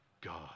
God